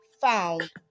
found